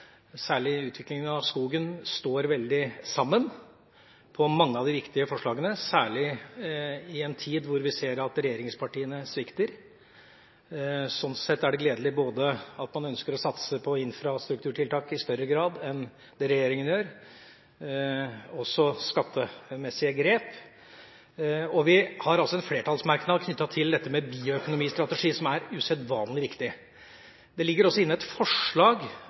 særlig når det gjelder utviklingen av skogen, står sammen om mange av de viktige forslagene, særlig i en tid da vi ser at regjeringspartiene svikter. Slik sett er det gledelig at man ønsker både å satse på infrastrukturtiltak i større grad enn det regjeringen gjør, og å ta skattemessige grep. Vi har en flertallsmerknad om dette med bioøkonomistrategi, som er usedvanlig viktig. Det ligger også inne et forslag